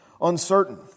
uncertain